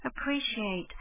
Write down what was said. appreciate